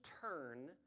turn